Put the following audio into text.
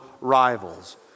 rivals